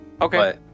okay